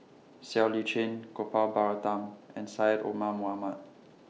Siow Lee Chin Gopal Baratham and Syed Omar Mohamed